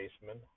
baseman